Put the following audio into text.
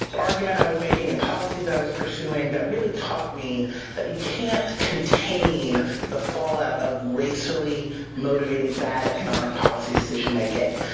argument i was making and policies i was pursuing that really taught me that you can't contain the fallout of racially motivated, bad economic policy decision making.